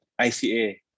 ICA